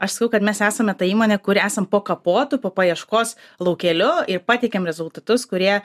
aš sakau kad mes esame ta įmonė kur esam po kapotu po paieškos laukeliu ir pateikiam rezultatus kurie